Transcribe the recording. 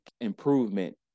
improvement